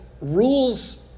rules